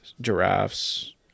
giraffes